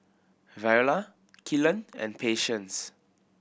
Viola Kylan and Patience